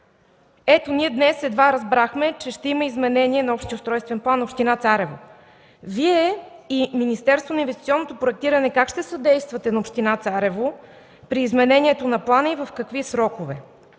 Ето, ние едва днес разбрахме, че ще има изменение на Общия устройствен план на община Царево. Вие и Министерството на инвестиционното проектиране как ще съдействате на община Царево при изменението на плана и в какви срокове?